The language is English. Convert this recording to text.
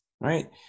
right